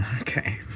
Okay